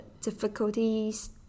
difficulties